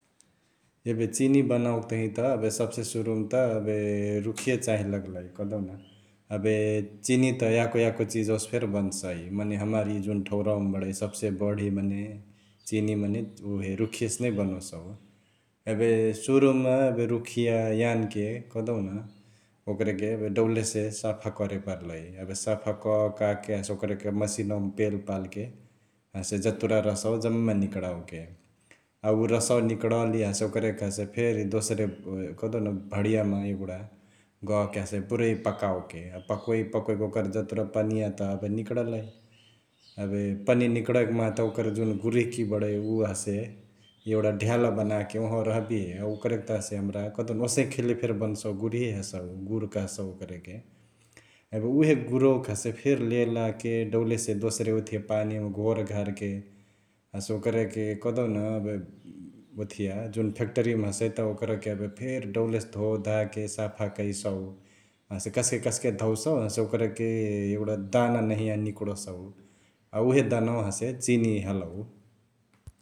एबे चिनी बनओके तहिया त एबे सब्से सुरुमा त एबे रुखिय चाँही लगलई कहदेउन । एबे चिनी त याको याको चिजवा से फेरी बनसई मने हमार इ जुन ठौरावमा बडै सब्से बढी मने चिनी मने उहे रुखिया से नै बनोसउ । एबे सुरुमा एबे रुखिया यानके कहदेउन ओकरेके एबे डौलेसे साफा करे परलई । एबे साफा ककाके हसे ओकरेके मसिनवामा पेल पालके हसे जतुरा रसवा जम्मे निकडाओके । अ उ रसवा निकडली हसे ओकरेके हसे फेरी दोसेरे अ कहदेउन भंडियामा एगुडा गहके हसे पुरै पकओके । पकोइ पकोइ ओकर जतुरा पनिया त एबे निकडलई एबे पनिया निकडईक माहा त ओकर जुन गुर्हिकी बडै उ हसे एगुडा ढ्याला बनाके उहवा रहबिय । ओकरके त हसे हमरा कहदेउन ओसही खैले फेरी बनसउ गुरिहे हसौ गुर कहसउ ओकरके । एबे उहे गुरवाके हसे फेरी ले ला के डौलेसे दोसरे ओथिया पानीमा घोरघारके हसे ओकरेके कहदेउन एबे अ ओथिया जुन फेटृया हसौ त ओकरके त एबे फेरी डौलेसे धोधाके साफा कैसउ । हसे कस्के कस्के धोउसउ हसे ओकरके एगुडा दाना नहिया निकडोसउ अ उहे दनवा हसे चिनी हलउ ।